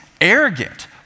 arrogant